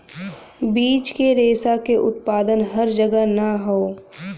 बीज के रेशा क उत्पादन हर जगह ना हौ